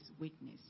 witness